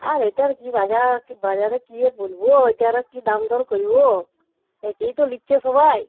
আর এটার কী বাজার কী বাজারে কী আর বলবো এটার আর কি দাম দর করবো এতেই তো নিচ্ছে সবাই